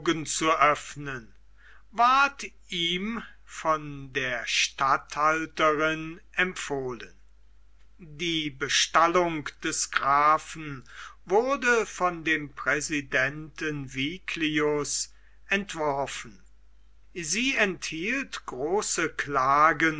zu öffnen ward ihm von der statthalterin empfohlen die bestallung des grafen wurde von dem präsidenten viglius entworfen sie enthielt große klagen